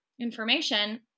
information